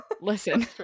Listen